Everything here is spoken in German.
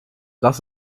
das